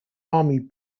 army